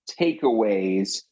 takeaways